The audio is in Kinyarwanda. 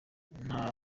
nta